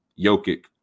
Jokic